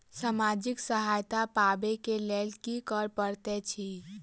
सामाजिक सहायता पाबै केँ लेल की करऽ पड़तै छी?